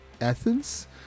Athens